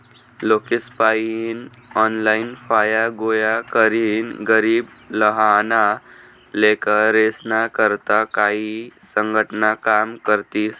लोकेसपायीन ऑनलाईन फाया गोया करीन गरीब लहाना लेकरेस्ना करता काई संघटना काम करतीस